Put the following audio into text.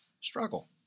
struggle